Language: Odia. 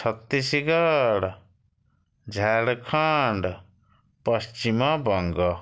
ଛତିଶଗଡ଼ ଝାଡ଼ଖଣ୍ଡ ପଶ୍ଚିମବଙ୍ଗ